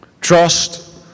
trust